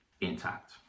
intact